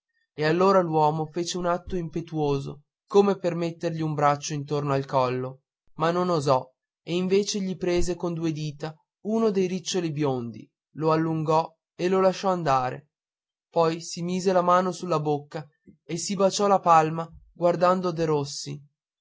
e allora l'uomo fece un atto impetuoso come per mettergli un braccio intorno al collo ma non osò e invece gli prese con due dita uno dei riccioli biondi lo allungò e lo lasciò andare poi si mise la mano sulla bocca e si baciò la palma guardando derossi